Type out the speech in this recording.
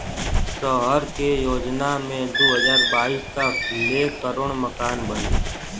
सहर के योजना मे दू हज़ार बाईस तक ले करोड़ मकान बनी